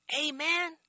Amen